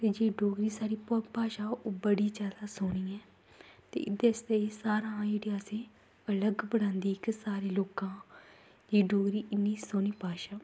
ते जेह्ड़ी साढ़ी डोगरी भाशा ओह् बड़ी जादा सोह्नी ऐ ते एह्दे आस्तै सारें कशा जेह्ड़ी असें ई अलग बनांदी इक्क असेंगी सारें लोकें कशा एह् डोगरी इन्नी सोह्नी भाशा